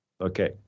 Okay